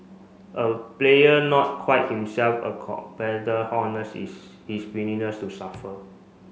a player not quite himself a competitor his willingness to suffer